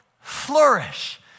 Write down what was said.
flourish